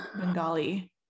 Bengali